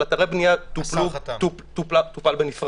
אבל היתרי בנייה טופלה בנפרד,